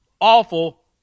awful